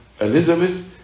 Elizabeth